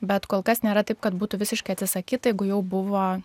bet kol kas nėra taip kad būtų visiškai atsisakyta jeigu jau buvo